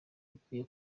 bikwiye